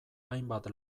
hainbat